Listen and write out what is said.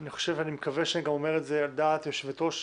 ואני מקווה שאני גם אומר את זה על דעת יושבת הראש